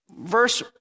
verse